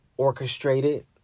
orchestrated